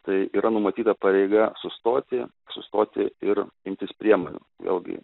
tai yra numatyta pareiga sustoti sustoti ir imtis priemonių vėlgi